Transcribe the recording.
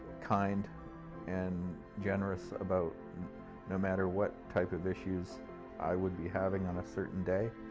kind and generous about no matter what type of issues i would be having on a certain day.